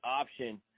option –